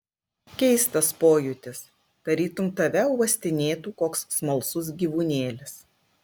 keistas pojūtis tarytum tave uostinėtų koks smalsus gyvūnėlis